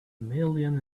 million